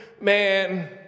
man